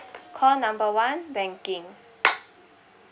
call number one banking